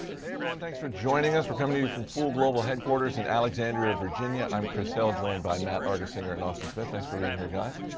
hey, everyone! thanks for joining us! we're coming to you from fool global headquarters in alexandria, virginia. i'm chris hill, joined by matt argersinger and austin smith. thanks for being here, guys!